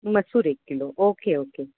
मसूर एक kilo okay okay